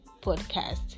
podcast